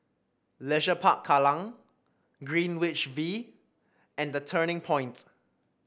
Leisure Park Kallang Greenwich V and The Turning Point